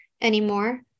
Anymore